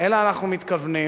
אלא אנחנו מתכוונים,